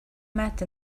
met